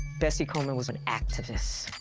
bessie coleman was an activist.